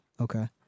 Okay